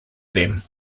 them